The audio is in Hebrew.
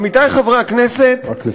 עמיתי חברי הכנסת, רק לסיים.